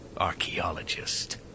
archaeologist